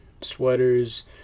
Sweaters